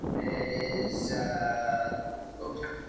it is a boomtown,